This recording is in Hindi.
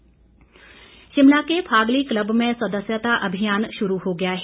फागली क्लब शिमला के फागली क्लब में सदस्यता अभियान शुरू हो गया है